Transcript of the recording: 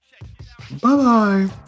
Bye-bye